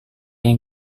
yang